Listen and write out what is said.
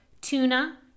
tuna